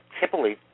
Typically